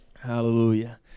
Hallelujah